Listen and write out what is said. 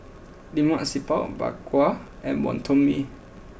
Lemak Siput Bak Kwa And Wonton Mee